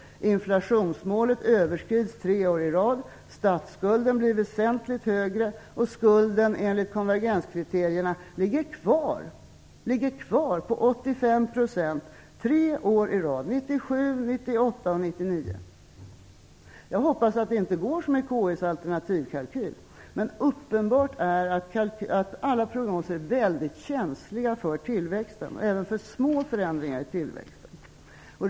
Inflationsmålet överskrids tre år i rad. Statsskulden blir väsentligt större och skulden enligt konvergenskriterierna ligger kvar på 85 % tre år i rad, 1997, Jag hoppas att det inte går som i KI:s alternativkalkyl. Men uppenbart är att alla prognoser är väldigt känsliga för tillväxten, även för små förändringar i tillväxten.